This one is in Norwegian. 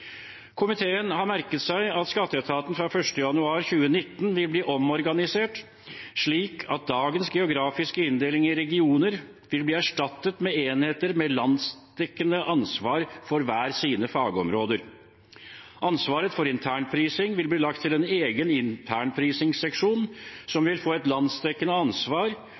Komiteen har merket seg at skatteetaten fra 1. januar 2019 vil bli omorganisert slik at dagens geografiske inndeling i regioner vil bli erstattet med enheter med landsdekkende ansvar for hver sine fagområder. Ansvaret for internprising vil bli lagt til en egen internprisingsseksjon, som vil få et landsdekkende ansvar.